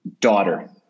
Daughter